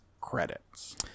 credits